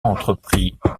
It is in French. entreprit